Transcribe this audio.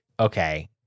okay